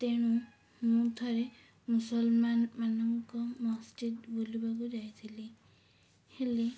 ତେଣୁ ମୁଁ ଥରେ ମୁସଲମାନ ମାନଙ୍କ ମସଜିଦ ବୁଲିବାକୁ ଯାଇଥିଲି ହେଲେ